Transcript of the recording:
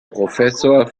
professor